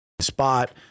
spot